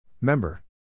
Member